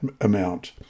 amount